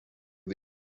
this